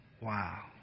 Wow